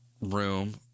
room